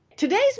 Today's